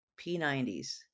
P90s